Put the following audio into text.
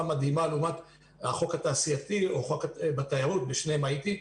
מדהימה לעומת החוק התעשייתי או החוק בתיירות שבשניהם הייתי,